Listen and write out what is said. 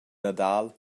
nadal